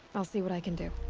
i'll see what i can do.